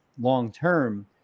long-term